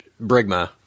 Brigma